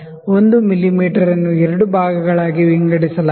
1 ಮಿಮೀ ಅನ್ನು ಎರಡು ಭಾಗಗಳಾಗಿ ವಿಂಗಡಿಸಲಾಗಿದೆ